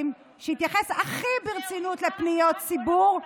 שהתייחסו הכי ברצינות לפניות ציבור,